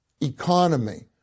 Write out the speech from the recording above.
economy